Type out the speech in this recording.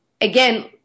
again